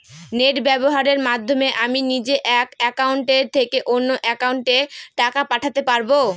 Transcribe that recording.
Net ব্যবহারের মাধ্যমে আমি নিজে এক অ্যাকাউন্টের থেকে অন্য অ্যাকাউন্টে টাকা পাঠাতে পারব?